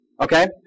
Okay